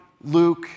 Luke